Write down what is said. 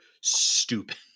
stupid